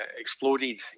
exploded